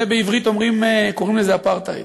בעברית קוראים לזה אפרטהייד.